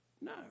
No